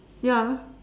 ya